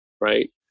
right